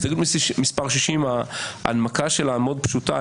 הסתייגות מס' 60, ההנמקה שלה מאוד פשוטה.